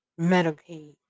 Medicaid